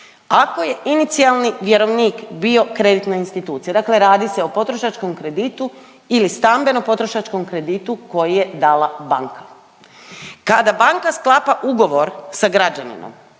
Ako je inicijalni vjerovnik bio kreditna institucija, dakle radi se o potrošačkom kreditu ili stambeno potrošačkom kreditu koji je dala banka. Kada banka sklapa ugovor sa građaninom,